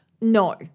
No